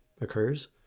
occurs